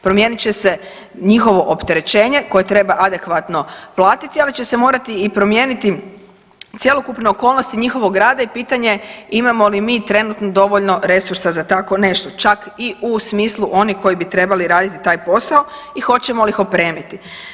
Promijenit će se njihovo opterećenje koje treba adekvatno platiti, ali će se morati i promijeniti cjelokupne okolnosti njihovog rada i pitanje je imamo li trenutno dovoljno resursa za tako nešto čak i u smislu onih koji bi trebali raditi taj posao i hoćemo li ih opremiti.